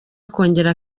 akongera